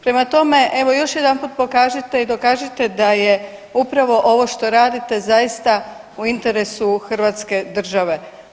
Prema tome, evo još jedanput pokažite i dokažite da je upravo ovo što radite zaista u interesu Hrvatske države.